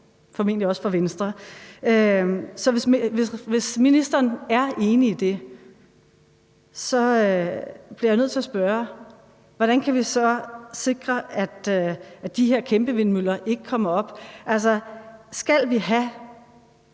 hvis ministeren er enig i det, bliver jeg nødt til at spørge: Hvordan kan vi så sikre, at de her kæmpevindmøller ikke kommer op? Altså,